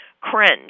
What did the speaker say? cringe